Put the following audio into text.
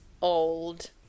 old